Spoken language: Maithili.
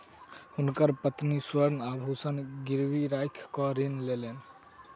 हुनकर पत्नी स्वर्ण आभूषण गिरवी राइख कअ ऋण लेलैन